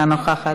אינה נוכחת,